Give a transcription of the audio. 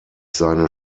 seine